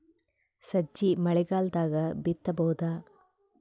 ಸಜ್ಜಿ ಮಳಿಗಾಲ್ ದಾಗ್ ಬಿತಬೋದ?